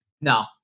No